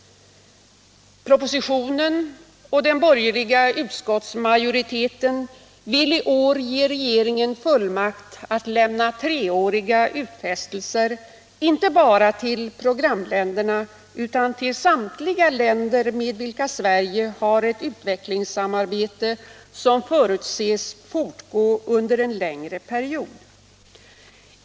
Propositionen och den borgerliga utskottsmajoriteten vill i år ge regeringen fullmakt att lämna treåriga utfästelser — inte bara till programländer na utan till samtliga länder med vilka Sverige har ett utvecklingssamarbete som förutses fortgå under en längre period.